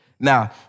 Now